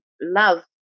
love